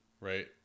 right